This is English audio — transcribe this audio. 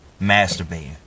masturbating